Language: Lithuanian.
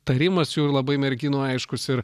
tarimas jų ir labai merginų aiškus ir